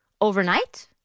overnight